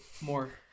more